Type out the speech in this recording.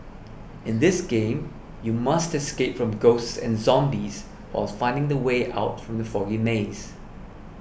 in this game you must escape from ghosts and zombies or finding the way out from the foggy maze